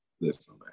Listen